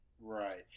Right